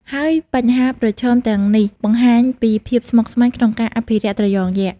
ហើយបញ្ហាប្រឈមទាំងនេះបង្ហាញពីភាពស្មុគស្មាញក្នុងការអភិរក្សត្រយងយក្ស។